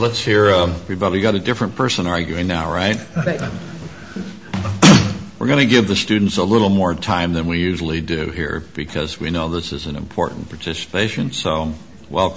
let's hear a rebuttal got a different person arguing now right we're going to give the students a little more time than we usually do here because we know this is an important participation so wel